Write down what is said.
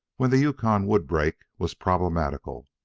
when the yukon would break was problematical.